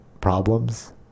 problems